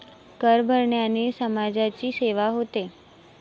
कर भरण्याने समाजाची सेवा होते